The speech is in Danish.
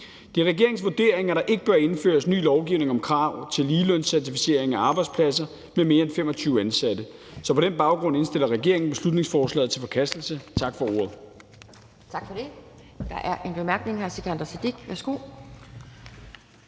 er regeringens vurdering, at der ikke bør indføres ny lovgivning om krav til ligelønscertificering af arbejdspladser med mere end 25 ansatte. Så på den baggrund indstiller regeringen beslutningsforslaget til forkastelse. Tak for ordet.